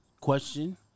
question